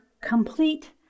complete